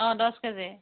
অঁ দছ কেজি